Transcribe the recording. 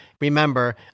Remember